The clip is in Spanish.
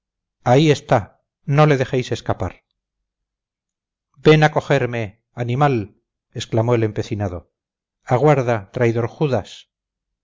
ahí está no le dejéis escapar ven a cogerme animal exclamó el empecinado aguarda traidor judas